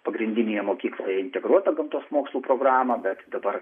pagrindinėje mokykloje į integruotą gamtos mokslų programą bet dabar